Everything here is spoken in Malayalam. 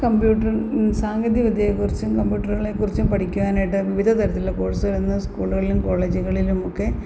സാങ്കേതികവിദ്യയെക്കുറിച്ചും കമ്പ്യൂട്ടറുകളെക്കുറിച്ചും പഠിക്കാനായിട്ട് വിവിധതരത്തിലുള്ള കോഴ്സുകളിന്ന് സ്കൂളുകളിലും കോളേജുകളിലുമൊക്കെ